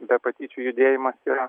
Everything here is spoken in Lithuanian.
be patyčių judėjimas yra